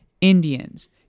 Indians